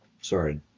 sorry